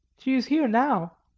she is here now.